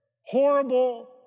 horrible